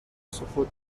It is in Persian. سقوط